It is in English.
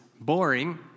boring